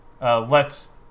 lets